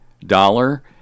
dollar